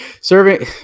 serving